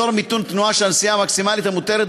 אזור מיתון תנועה שהנסיעה המקסימלית המותרת